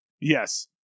Yes